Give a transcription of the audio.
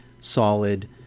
solid